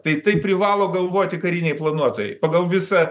tai tai privalo galvoti kariniai planuotojai pagal visą